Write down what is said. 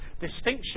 distinction